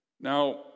Now